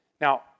Now